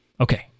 Okay